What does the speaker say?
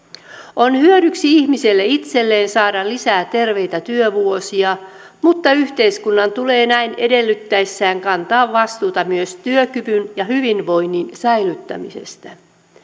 on hyödyksi ihmiselle itselleen saada lisää terveitä työvuosia mutta yhteiskunnan tulee näin edellyttäessään kantaa vastuuta myös työkyvyn ja hyvinvoinnin säilyttämisestä